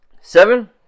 Seven